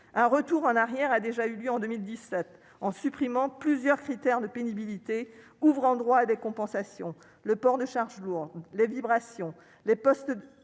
Un retour en arrière a déjà eu lieu en 2017 la suppression de plusieurs critères de pénibilité ouvrant droit à compensations : port de charges lourdes, vibrations, postures